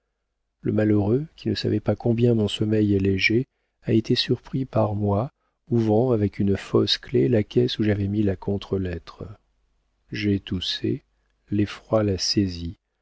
le malheureux qui ne savait pas combien mon sommeil est léger a été surpris par moi ouvrant avec une fausse clef la caisse où j'avais mis la contre-lettre j'ai toussé l'effroi l'a saisi